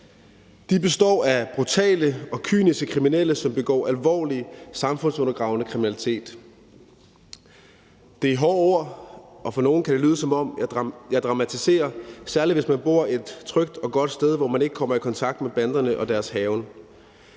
De består af brutale og kyniske kriminelle, som begår alvorlig samfundsundergravende kriminalitet. Det er hårde ord, og for nogle kan det lyde, som om jeg dramatiserer, særlig hvis man bor et trygt og godt sted, hvor man ikke kommer i kontakt med banderne og deres hærgen,